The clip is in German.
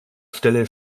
stelle